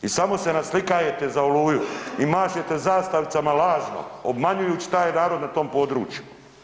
I samo se naslikavate za „Oluju“ i mašete zastavicama lažno obmanjujući taj narod na tom području.